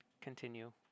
continue